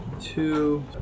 two